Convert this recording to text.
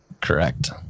correct